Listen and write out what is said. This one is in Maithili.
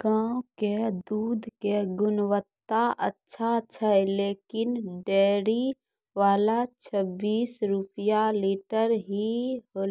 गांव के दूध के गुणवत्ता अच्छा छै लेकिन डेयरी वाला छब्बीस रुपिया लीटर ही